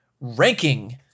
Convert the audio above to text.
ranking